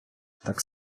так